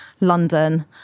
London